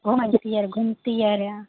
घुमै जेतिए घुमितिए रऽ